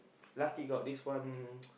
lucky got this one